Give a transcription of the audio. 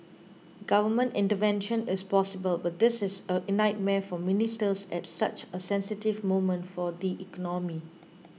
government intervention is possible but this is a nightmare for ministers at such a sensitive moment for the economy